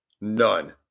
none